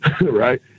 right